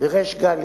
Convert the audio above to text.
בריש גלי